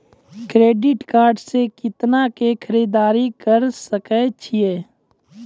Credit card से कितना के खरीददारी करे सकय छियै?